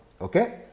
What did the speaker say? Okay